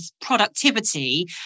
productivity